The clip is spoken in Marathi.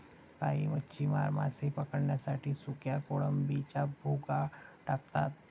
काही मच्छीमार मासे पकडण्यासाठी सुक्या कोळंबीचा भुगा टाकतात